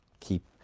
Keep